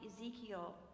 Ezekiel